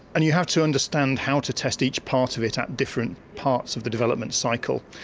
and you have to understand how to test each part of it at different parts of the development cycle.